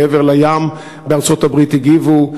מעבר לים בארצות-הברית הגיבו,